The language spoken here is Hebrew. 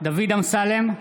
דוד אמסלם,